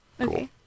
Okay